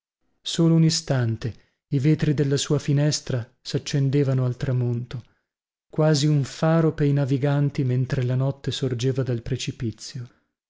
solo un istante i vetri della sua finestra saccendevano al tramonto quasi un faro pei naviganti mentre la notte sorgeva dal precipizio